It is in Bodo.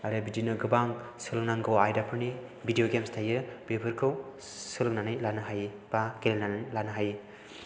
आरो बिदिनो गोबां सोलोंनांगौ आयदाफोरनि भिडिय' गेम्सफोर थायो बेफोरखौ सोलोंनानै लानो हायो बा गेलेनानै लानो हायो